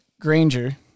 Granger